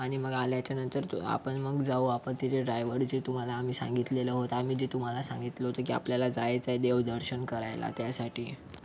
आणि मग आल्याच्या नंतर आपण मग जाऊ आपण तिथे ड्रायवर जे तुम्हाला आम्ही सांगितलेलं होतं आम्ही जे तुम्हाला सांगितलं होतं की आपल्याला जायचं आहे देव दर्शन करायला त्यासाठी